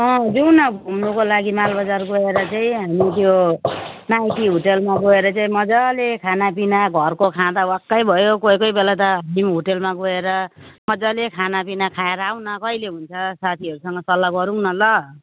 अँ जाउँ न घुम्नुको लागि मालबजार गएर चाहिँ हामी त्यो माइती होटेलमा गएर चाहिँ मज्जाले खानापिना घरको खाँदा वाक्कै भयो कोही कोही बेला त होटेलमा गएर मज्जाले खानापिना खाएर आउँ न कहिले हुन्छ साथीहरूसँग सल्लाह गरौँ न ल